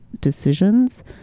decisions